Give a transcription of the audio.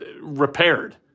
repaired